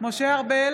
משה ארבל,